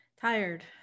Tired